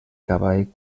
cavall